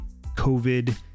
covid